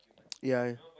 ya